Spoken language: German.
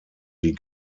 die